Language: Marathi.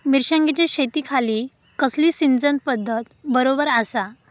मिर्षागेंच्या शेतीखाती कसली सिंचन पध्दत बरोबर आसा?